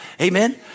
Amen